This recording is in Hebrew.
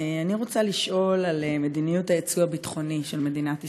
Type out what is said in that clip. אני רוצה לשאול על מדיניות היצוא הביטחוני של מדינת ישראל.